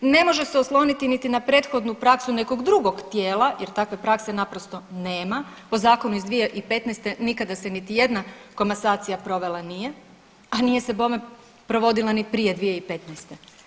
Ne može se osloniti niti na prethodnu praksu nekog drugog tijela jer takve prakse naprosto nema, po zakonu iz 2015. nikada se niti jedna komasacija provela nije, a nije se bome provodila ni prije 2015.